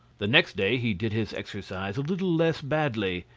the next day he did his exercise a little less badly,